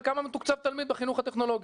על כמה מתוקצב תלמיד בחינוך הטכנולוגי.